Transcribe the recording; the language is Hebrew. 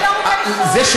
זהבה,